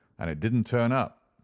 and it didn't turn up.